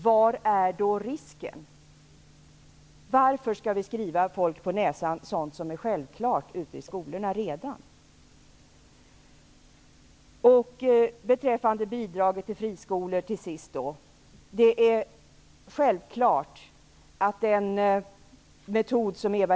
Var ligger risken? Varför skall vi skriva folk på näsan sådant som ute i skolorna redan är självklart?